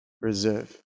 reserve